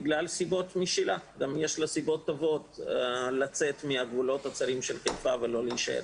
בגלל סיבות משלה ויש לה סיבות טובות לצאת מהגבולות של חיפה ולא להישאר